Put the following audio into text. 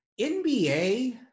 NBA